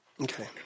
Okay